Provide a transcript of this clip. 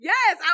Yes